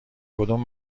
کدوم